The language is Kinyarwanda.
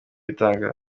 bitanga